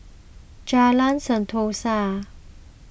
Jalan Sentosa